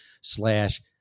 slash